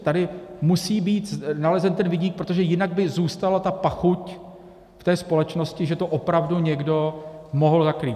Tady musí být nalezen ten viník, protože jinak by zůstala pachuť ve společnosti, že to opravdu někdo mohl zakrýt.